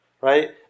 right